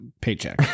paycheck